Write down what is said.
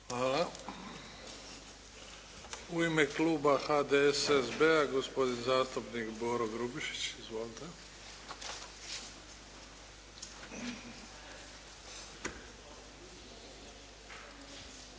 Hvala. U ime kluba HDSSB-a, gospodin zastupnik Boro Grubišić. Izvolite.